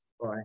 Bye